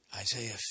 Isaiah